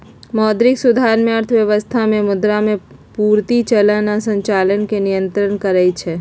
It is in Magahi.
मौद्रिक सुधार में अर्थव्यवस्था में मुद्रा के पूर्ति, चलन आऽ संचालन के नियन्त्रण करइ छइ